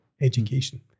education